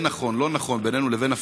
כן נכון, לא נכון, בינינו לבין הפלסטינים,